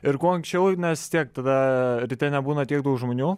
ir kuo anksčiau nes tiek tada ryte nebūna tiek daug žmonių